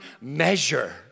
measure